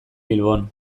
bilbon